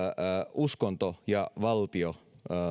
uskonto ja valtio